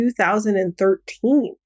2013